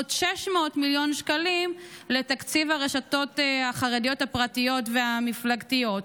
עוד 600 מיליון שקלים לתקציב הרשתות החרדיות הפרטיות והמפלגתיות.